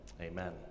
Amen